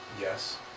Yes